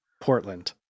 Portland